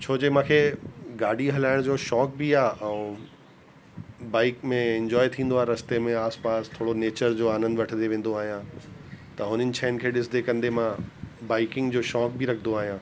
छो जे मूंखे गाॾी हलाइण जो शौंक़ु बि आहे ऐं बाइक में इंजॉय थींदो आहे रस्ते में आसपास थोरो नेचर जो आनंद वठदे वेंदो आहियां त हुननि शयुनि खे ॾिसदे कंदे मां बाइकिंग जो शौंक़ु बि रखदो आहियां